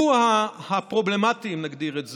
הוא הפרובלמטי, אם נגדיר את זה,